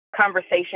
conversation